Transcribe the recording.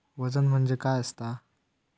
वजन म्हणजे काय असता?